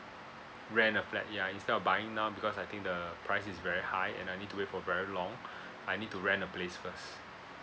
rent a flat ya instead of buying now because I think the price is very high and I need to wait for very long I need to rent a place first